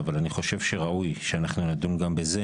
אבל אני חושב שראוי שאנחנו נדון גם בזה